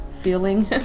feeling